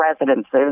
residences